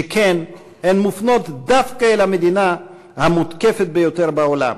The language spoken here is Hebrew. שכן הן מופנות דווקא אל המדינה המותקפת ביותר בעולם,